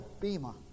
Bema